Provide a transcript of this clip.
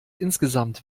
insgesamt